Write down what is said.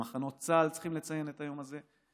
במחנות צה"ל צריכים לציין את היום הזה,